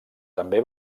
també